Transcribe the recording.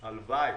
הלוואי.